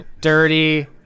dirty